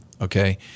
okay